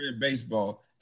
baseball